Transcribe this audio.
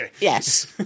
Yes